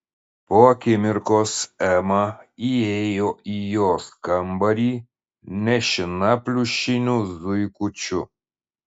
po akimirkos ema įėjo į jos kambarį nešina pliušiniu zuikučiu